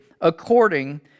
according